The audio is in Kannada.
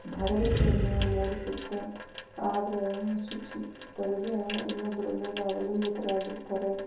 ಭರವಸೆಯನ್ನು ಮೂಡಿಸುತ್ತೆ ಆದರೆ ಶಿಕ್ಷಿತರಿಗೆ ಇನ್ನೊಬ್ಬರ ಮೇಲೆ ಅವಲಂಬಿತರಾಗಿರ್ತಾರೆ